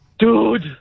Dude